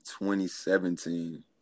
2017